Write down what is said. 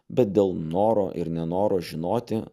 bet dėl noro ir nenoro žinoti